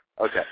Okay